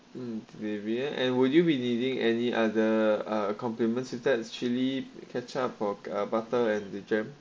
mm delivery ah and would you be needing any other uh complements with that's chili ketchup or butter and the jam